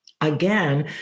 again